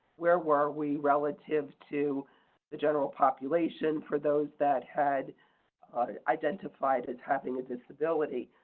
where were we relative to the general population for those that had identified as having a disability?